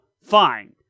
fine